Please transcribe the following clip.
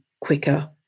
quicker